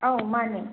ꯑꯧ ꯃꯥꯅꯦ